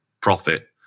profit